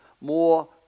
more